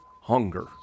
hunger